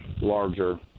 larger